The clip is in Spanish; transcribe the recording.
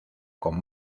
con